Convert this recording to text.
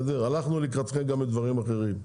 הלכנו לקראתכם גם בדברים אחרים,